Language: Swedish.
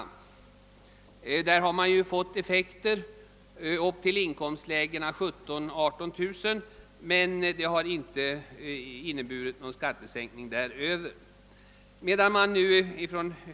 Där har man fått effekter upp till inkomstlägena 17 000—18 000 kronor men det har inte blivit någon skattesänkning ovanför denna inkomst.